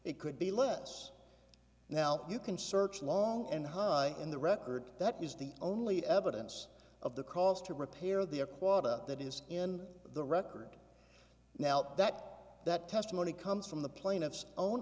it could be less now you can search long and hard in the record that was the only evidence of the calls to repair the a quota that is in the record now that that testimony comes from the plaintiff's own